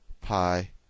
pi